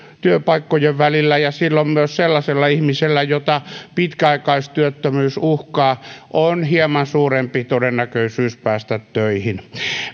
työpaikkojen välillä ja silloin myös sellaisella ihmisellä jota pitkäaikaistyöttömyys uhkaa on hieman suurempi todennäköisyys päästä töihin